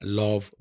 love